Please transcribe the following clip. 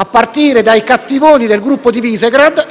a partire dai cattivoni del gruppo di Visegrád.